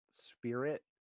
spirit